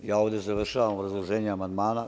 Ja ovde završavam obrazloženje amandmana.